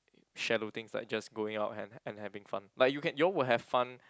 shallow things like just going out and ha~ and having fun like you can you all will have fun